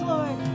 Lord